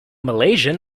malaysian